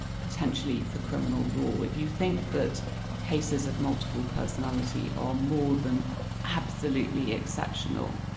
potentially, for criminal law. if you think that cases of multiple personality are more than absolutely exceptional,